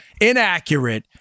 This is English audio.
inaccurate